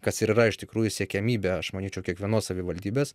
kas ir yra iš tikrųjų siekiamybė aš manyčiau kiekvienos savivaldybės